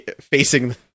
facing